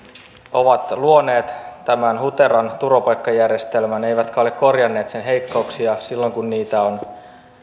ovat luoneet tämän huteran turvapaikkajärjestelmän eivätkä ole korjanneet sen heikkouksia silloin kun niitä on